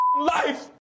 life